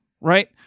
Right